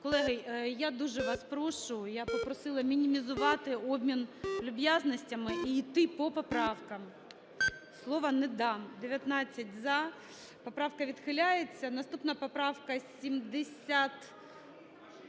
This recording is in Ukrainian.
Колеги, я дуже вас прошу, я попросила мінімізувати обмін люб'язностями і йти по поправкам. Слово не дам. 16:46:24 За-19 Поправка відхиляється. Наступна, поправка 70...